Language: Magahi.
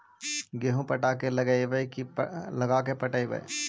गेहूं पटा के लगइबै की लगा के पटइबै?